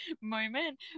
moment